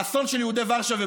האסון של יהודי ורשה,